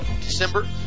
December